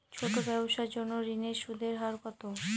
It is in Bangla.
ছোট ব্যবসার জন্য ঋণের সুদের হার কত?